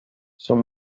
son